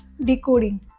decoding